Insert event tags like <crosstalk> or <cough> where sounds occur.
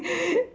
<noise>